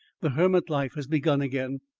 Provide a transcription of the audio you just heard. the hermit life has begun again.